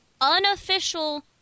unofficial